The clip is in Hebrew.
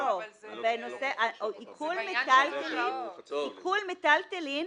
עיקול מיטלטלין